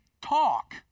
talk